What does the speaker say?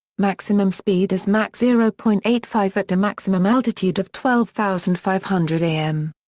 maximum speed is mach zero point eight five at a maximum altitude of twelve thousand five hundred m.